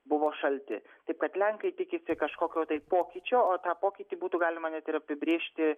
buvo šalti taip kad lenkai tikisi kažkokio tai pokyčio o tą pokytį būtų galima net ir apibrėžti